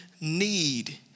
need